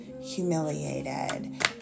humiliated